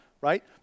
right